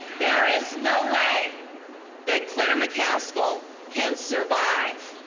there is no way that claire mccaskill can survive.